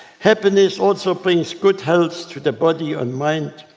happiness also brings good health to the body and mind,